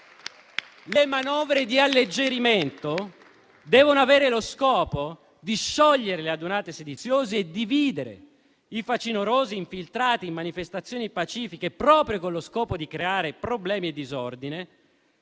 Le manovre di alleggerimento devono avere lo scopo di sciogliere le adunate sediziose e dividere i facinorosi infiltrati in manifestazioni pacifiche proprio con lo scopo di creare problemi e disordine,